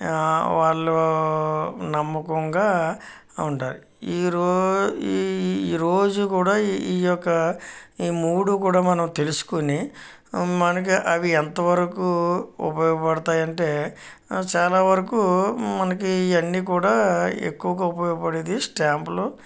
వాళ్ళు నమ్మకంగా ఉండాలి ఈరో ఈ ఈరోజు కూడా ఈ యొక్క ఈ మూడు కూడా మనం తెలుసుకుని మనకి అవి ఎంతవరకు ఉపయోగపడతాయంటే చాలావరకు మనకి ఇవన్ని కూడా ఎక్కువగా ఉపయోగపడేది స్టాంపులు